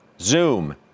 Zoom